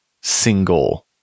single